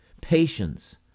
patience